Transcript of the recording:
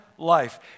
life